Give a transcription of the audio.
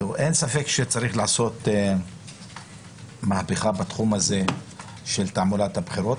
אין ספק שצריך לעשות מהפכה בתחום הזה של תעמולת הבחירות,